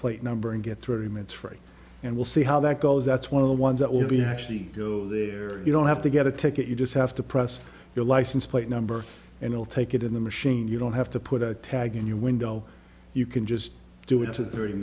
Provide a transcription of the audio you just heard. plate number and get three minutes free and we'll see how that goes that's one of the ones that will be actually go there you don't have to get a ticket you just have to press your license plate number and we'll take it in the machine you don't have to put a tag in your window you can just do it to thirty